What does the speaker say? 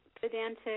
pedantic